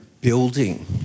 building